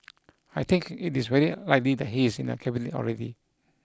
I think it is very likely that he is in the Cabinet already